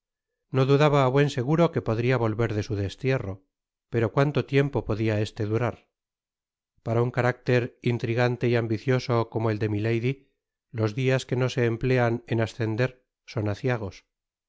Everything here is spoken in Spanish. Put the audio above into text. no dudaba á buen seguro que podria volver de su destierro pero cuánto tiempo podia este durar para un carácter intrigante y ambicioso como el de milady los dias que no emplean en ascender son aciagos